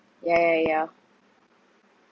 yeah yeah yeah